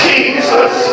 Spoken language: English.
Jesus